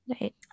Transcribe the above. right